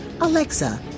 Alexa